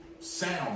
sound